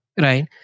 right